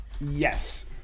Yes